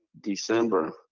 December